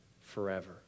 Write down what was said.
forever